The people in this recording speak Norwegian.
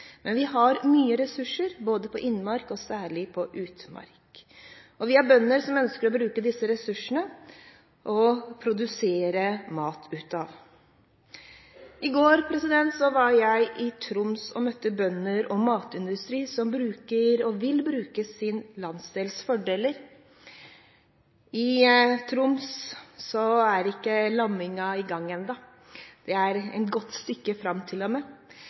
Vi har mye ressurser både på innmark og særlig på utmark, og vi har bønder som ønsker å bruke disse ressursene til å produsere mat. I går var jeg i Troms og møtte bønder og matindustri som bruker og vil bruke sin landsdels fordeler. I Troms er ikke lammingen i gang enda, det er til og med et godt stykke fram.